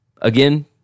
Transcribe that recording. again